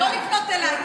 לא לפנות אליי.